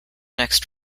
next